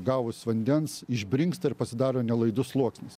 gavus vandens išbrinksta ir pasidaro nelaidus sluoksnis